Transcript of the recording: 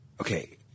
Okay